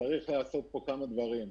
צריך לעשות כמה דברים: